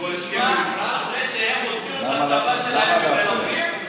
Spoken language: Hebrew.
למה הוא לקח את שני הבנים,